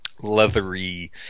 leathery